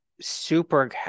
super